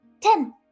Ten